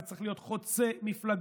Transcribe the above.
זה צריך להיות חוצה מפלגות,